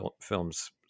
films